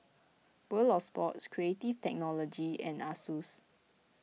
World of Sports Creative Technology and Asus